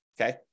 okay